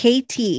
KT